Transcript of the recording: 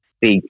big